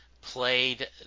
played